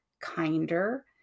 kinder